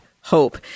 Hope